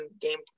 game